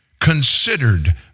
Considered